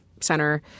center